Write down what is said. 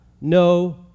no